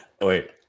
Wait